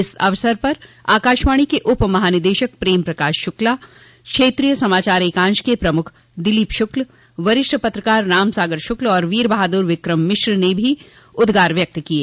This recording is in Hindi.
इस अवसर पर आकाशवाणी के उपमहानिदेशक प्रेम प्रकाश शुक्ला क्षेत्रीय समाचार एकांश के प्रमुख दिलीप शुक्ल वरिष्ठ पत्रकार रामसागर शुक्ल और वीर बहादुर विकम मिश्र ने भी उद्गार व्यक्त किये